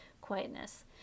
quietness